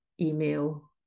email